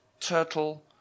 turtle